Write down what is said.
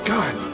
God